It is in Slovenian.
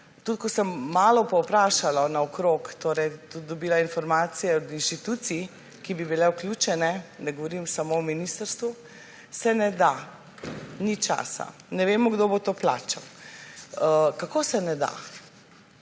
tudi ko sem malo povprašala naokrog, sem dobila informacije od inštitucij, ki bi bile vključene, ne govorim samo o ministrstvu − da se ne da, ni časa, da ne vedo, kdo bo to plačal. Kako se ne da?